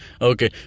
Okay